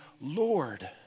Lord